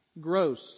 gross